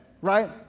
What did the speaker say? right